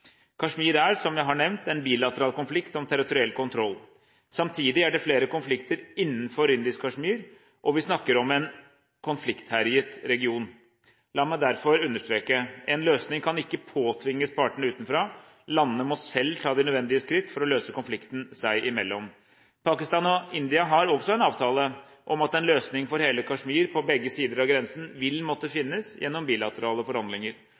Kashmir er, som jeg har nevnt, en bilateral konflikt om territoriell kontroll. Samtidig er det flere konflikter innenfor indisk Kashmir, og vi snakker om en konfliktherjet region. La meg derfor understreke: En løsning kan ikke påtvinges partene utenfra. Landene må selv ta de nødvendige skritt for å løse konflikten seg imellom. Pakistan og India har også en avtale om at en løsning for hele Kashmir – på begge sider av grensen – vil måtte finnes gjennom bilaterale forhandlinger,